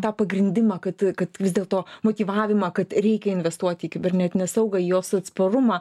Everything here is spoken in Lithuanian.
tą pagrindimą kad kad vis dėlto motyvavimą kad reikia investuoti į kibernetinę saugą į jos atsparumą